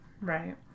Right